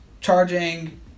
charging